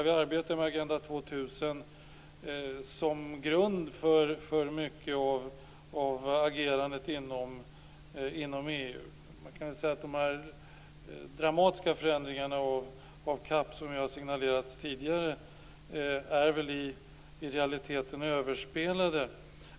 Vi arbetar med Agenda 2000 som grund för mycket av agerandet inom EU. Man kan säga att de dramatiska förändringarna av CAP, som har signalerats tidigare, i realiteten är överspelade.